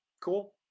cool